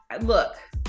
Look